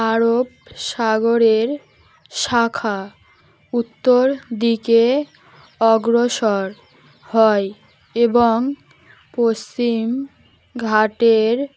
আরব সাগরের শাখা উত্তর দিকে অগ্রসর হয় এবং পশ্চিম ঘাটের